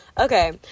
okay